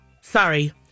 sorry